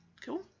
cool